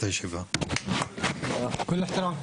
הישיבה ננעלה